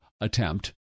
attempt